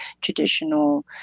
traditional